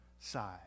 side